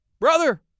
brother